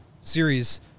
series